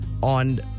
on